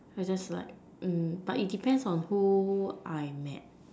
so just like mm but it depends on who I met